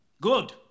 Good